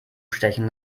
stechen